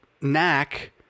knack